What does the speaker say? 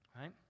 right